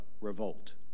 revolt